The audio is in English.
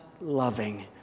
loving